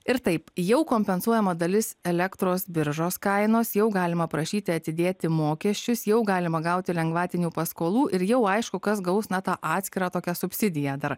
ir taip jau kompensuojama dalis elektros biržos kainos jau galima prašyti atidėti mokesčius jau galima gauti lengvatinių paskolų ir jau aišku kas gaus na tą atskirą tokią subsidiją dar